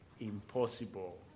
impossible